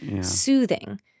soothing